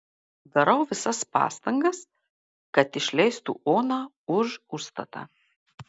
darau visas pastangas kad išleistų oną už užstatą